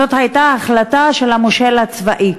זאת הייתה החלטה של המושל הצבאי,